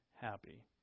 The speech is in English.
happy